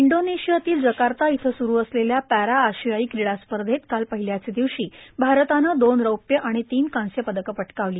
इंडोनेशियात जकार्ता इथं सुरू असलेल्या पॅरा आशियायी क्रीडा स्पर्धेत काल पहिल्याच दिवशी भारतानं दोन रौप्य आणि तीन कांस्य पदकं पटकावली